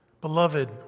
Beloved